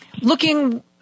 looking